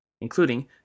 including